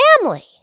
family